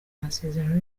amasezerano